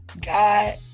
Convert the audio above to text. God